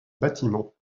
bâtiments